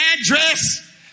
address